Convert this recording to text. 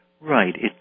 Right